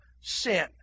sin